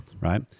right